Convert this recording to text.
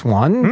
one